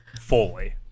fully